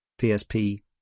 PSP